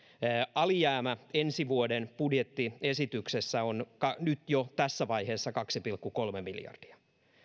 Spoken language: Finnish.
alijäämä ensi vuoden budjettiesityksessä on nyt jo tässä vaiheessa kaksi pilkku kolme miljardia ja